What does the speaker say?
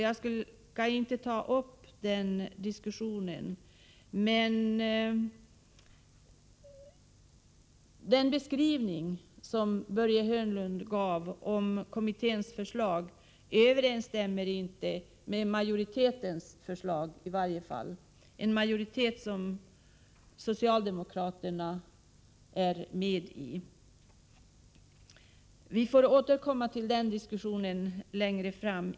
Jag skall inte ta upp den diskussionen, men den beskrivning som Börje Hörnlund gav av kommitténs förslag överensstämmer i varje fall inte med majoritetens förslag — en majoritet där socialdemokraterna ingår. Vi får återkomma till den diskussionen längre fram.